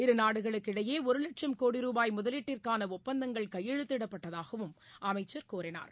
இருநாடுகளுக்கு இடையே ஒரு வட்சம் கோடி ரூபாய் முதலீட்டுக்கான ஒப்பந்தங்கள் கையெழுத்திடப்பட்டதாகவும் அமைச்சர் கூறினார்